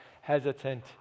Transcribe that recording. hesitant